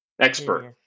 Expert